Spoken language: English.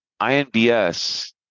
INBS